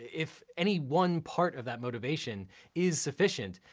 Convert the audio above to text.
if any one part of that motivation is sufficient,